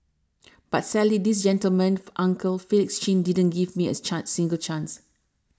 but sadly this gentleman uncle Felix Chin didn't give me a chance single chance